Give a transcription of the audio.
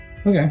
okay